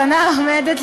שהתובענה עומדת,